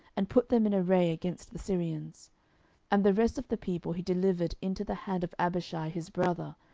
and put them in array against the syrians and the rest of the people he delivered into the hand of abishai his brother,